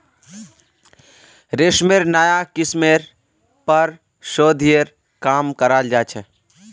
रेशमेर नाया किस्मेर पर शोध्येर काम कराल जा छ